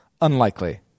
unlikely